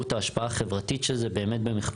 את ההשפעה החברתית של זה באמת במכפלות.